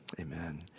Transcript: amen